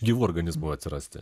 gyvų organizmų atsirasti